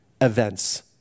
events